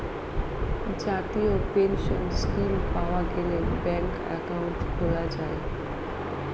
জাতীয় pension scheme পাওয়া গেলে ব্যাঙ্কে একাউন্ট খোলা যায়